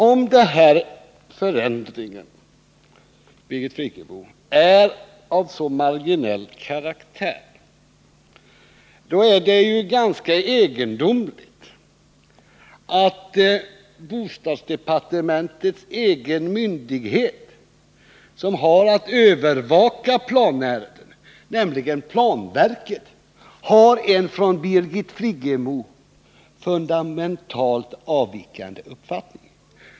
Herr talman! Om denna förändring är av så marginell karaktär, Birgit Friggebo, då är det ju ganska egendomligt att bostadsdepartementets egen myndighet som har att övervaka planärendena, nämligen planverket, har en från Birgit Friggebo fundamentalt avvikande uppfattning.